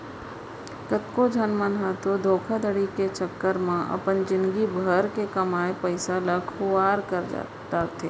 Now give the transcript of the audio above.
कतको झन मन ह तो धोखाघड़ी के चक्कर म अपन जिनगी भर कमाए पइसा ल खुवार कर डारथे